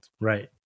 Right